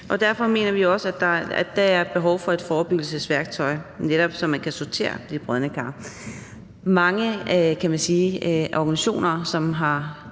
derfor mener vi også, at der er behov for et forebyggelsesværktøj, så man netop kan sortere de brodne kar fra. Man kan sige, at